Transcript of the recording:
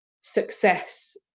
success